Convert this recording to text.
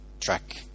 track